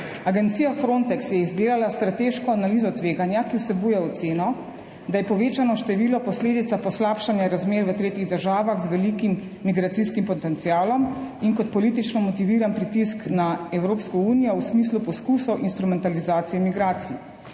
Agencija Frontex je izdelala strateško analizo tveganja, ki vsebuje oceno, da je povečano število posledica poslabšanja razmer v tretjih državah z velikim migracijskim potencialom in kot politično motiviran pritisk na Evropsko unijo v smislu poskusov instrumentalizacije migracij.